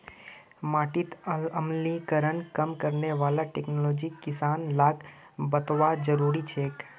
माटीत अम्लीकरण कम करने वाला टेक्नोलॉजी किसान लाक बतौव्वा जरुरी छेक